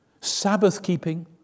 Sabbath-keeping